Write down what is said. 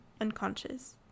unconscious